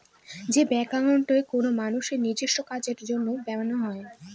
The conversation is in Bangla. যে ব্যাঙ্ক একাউন্ট কোনো মানুষের নিজেস্ব কাজের জন্য বানানো হয়